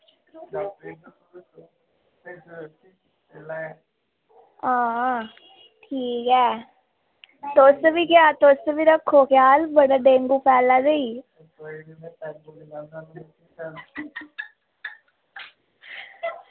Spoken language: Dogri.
आं ठीक ऐ तुस बी रक्खेओ ध्यान बड़ा डेंगू फैला दा ई